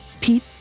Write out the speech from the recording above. Pete